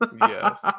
Yes